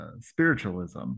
spiritualism